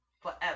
forever